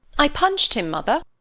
i punched him, mother!